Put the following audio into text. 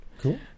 Cool